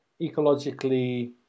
ecologically